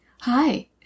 hi